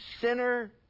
sinner